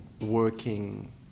working